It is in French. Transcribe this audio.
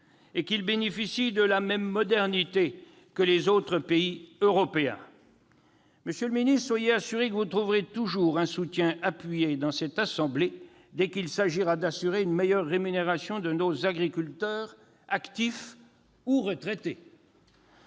et bénéficier de la même modernité que dans les autres pays européens. Monsieur le ministre, soyez assuré que vous trouverez toujours un soutien appuyé dans la Haute Assemblée dès qu'il s'agira d'assurer une meilleure rémunération de nos agriculteurs, actifs ou retraités.